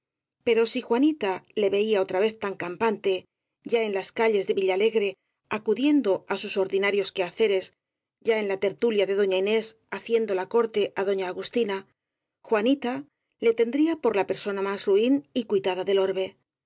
pero si juani ta le veía otra vez tan campante ya en las calles de villalegre acudiendo á sus ordinarios quehaceres ya en la tertulia de doña inés haciendo la corte á doña agustina juanita le tendría por la persona más ruin y cuitada del orbe